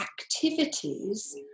activities